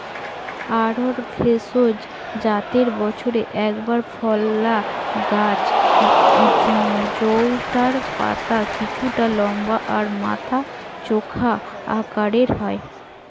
অড়হর ভেষজ জাতের বছরে একবার ফলা গাছ জউটার পাতা কিছুটা লম্বা আর মাথা চোখা আকারের হয়